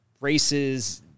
races